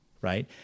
right